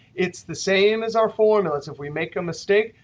it's the same as our formulas. if we make a mistake,